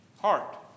heart